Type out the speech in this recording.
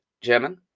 German